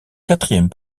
quatrième